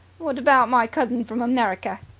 what about my cousins from america?